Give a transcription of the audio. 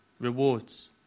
rewards